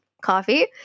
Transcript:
Coffee